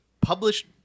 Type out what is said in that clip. published